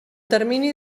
termini